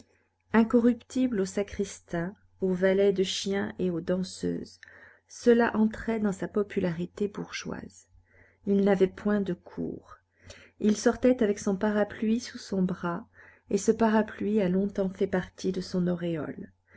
incorruptible aux sacristains aux valets de chiens et aux danseuses cela entrait dans sa popularité bourgeoise il n'avait point de cour il sortait avec son parapluie sous son bras et ce parapluie a longtemps fait partie de son auréole